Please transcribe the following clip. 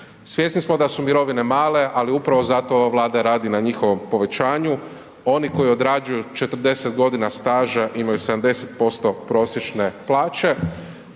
Svjesni smo da su mirovine male, ali upravo zato ova Vlada radi na njihovom povećanju. Oni koji odrađuju 40 godina staža imaju 70% prosječne plaće.